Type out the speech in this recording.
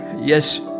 Yes